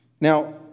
Now